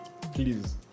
please